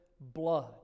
blood